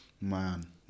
man